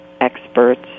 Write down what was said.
experts